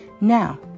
Now